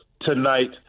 tonight